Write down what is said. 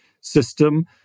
system